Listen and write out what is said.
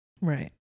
right